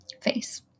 face